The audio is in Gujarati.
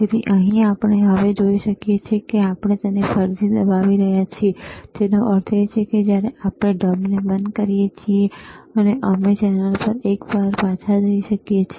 તેથી અહીં આપણે હવે જોઈ શકીએ છીએ આપણે તેને ફરીથી દબાવી રહ્યા છીએતેનો અર્થ એ કે જ્યારે આપણે ઢબને બંધ કરીએ છીએ ત્યારે અમે ચેનલ એક પર પાછા જઈ શકીએ છીએ